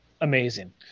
amazing